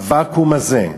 הוואקום הזה,